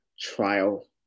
trial